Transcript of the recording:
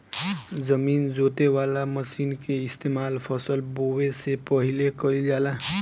जमीन जोते वाला मशीन के इस्तेमाल फसल बोवे से पहिले कइल जाला